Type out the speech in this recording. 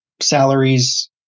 salaries